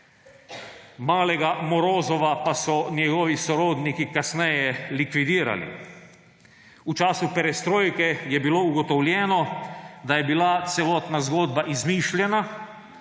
malega Morozova pa so njegovi sorodniki kasneje likvidirali. V času perestrojke je bilo ugotovljeno, da je bila celotna zgodba izmišljena,